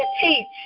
teach